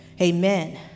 amen